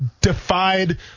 defied –